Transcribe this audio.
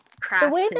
crafts